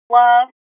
love